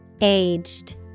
Aged